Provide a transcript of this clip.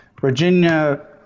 Virginia